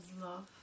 love